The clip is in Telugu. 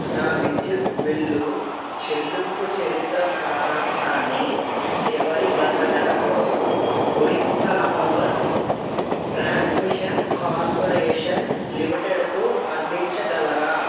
నా విద్యుత్ బిల్లు చెల్లింపు చరిత్ర సారాంశాన్ని చివరి గత నెల కోసం ఒడిశా పవర్ ట్రాన్స్మిషన్ కార్పరేషన్ లిమిటెడ్కు అందించగలరా